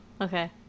okay